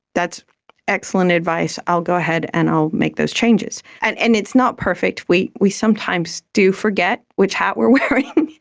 that's excellent advice, i'll go ahead and i'll make those changes. and and it's not perfect, we we sometimes do forget which hat we are wearing,